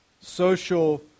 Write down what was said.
social